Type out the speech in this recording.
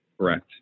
Correct